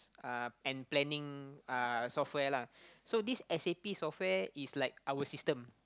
uh and planning uh software lah so this s_a_p software is like our system